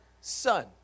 son